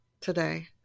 today